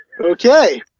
Okay